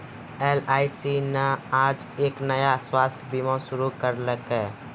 LIC न आज एक नया स्वास्थ्य बीमा शुरू करैलकै